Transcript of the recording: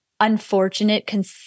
unfortunate